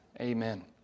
Amen